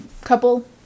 couple